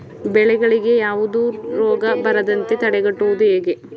ಬೆಳೆಗಳಿಗೆ ಯಾವುದೇ ರೋಗ ಬರದಂತೆ ತಡೆಗಟ್ಟುವುದು ಹೇಗೆ?